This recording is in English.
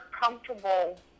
comfortable